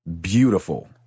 beautiful